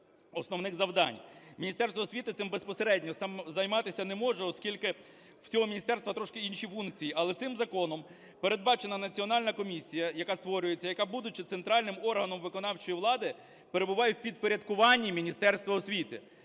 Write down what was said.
основних завдань. Міністерство освіти цим безпосередньо займатися не може, оскільки в цього міністерства трошки інші функції, але цим законом передбачена національна комісія, яка створюється, яка, будучи центральним органом виконавчої влади, перебуває у підпорядкуванні Міністерства освіти.